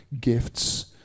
gifts